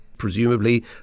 presumably